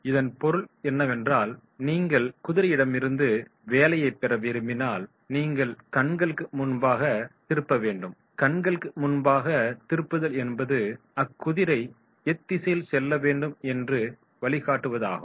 இதன் பொருள் என்னவென்றால் நீங்கள் குதிரையிடமிருந்து வேலையைப் பெற விரும்பினால் நீங்கள் கண்களுக்கு முன்பாக திருப்ப வேண்டும் கண்களுக்கு முன்பாக திருப்புதல் என்பது அக்குதிரை எத்திசையில் செல்ல வேண்டும் என்று வழிகாட்டுவதாகும்